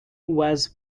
was